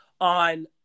on